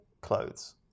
clothes